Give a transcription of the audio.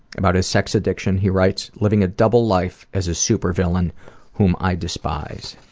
about his sex addiction he writes living a double life as a super-villain whom i despise.